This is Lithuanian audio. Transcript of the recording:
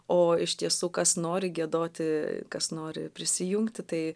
o iš tiesų kas nori giedoti kas nori prisijungti tai